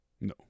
no